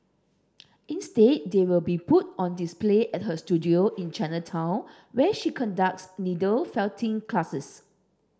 instead they will be put on display at her studio in Chinatown where she conducts needle felting classes